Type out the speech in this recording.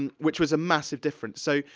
and which was a massive difference, so,